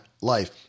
life